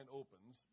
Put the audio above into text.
opens